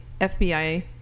FBI